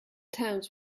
towns